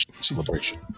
Celebration